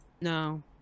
No